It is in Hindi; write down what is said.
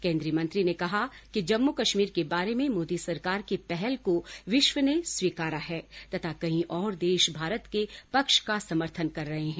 केंद्रीय मंत्री ने कहा कि जम्मू कश्मीर के बारे में मोदी सरकार की पहल को विश्व ने स्वीकारा है तथा कई और देश भारत के पक्ष का समर्थन कर रहे हैं